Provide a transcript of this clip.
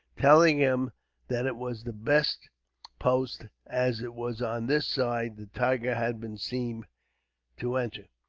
telling him that it was the best post, as it was on this side the tiger had been seen to enter.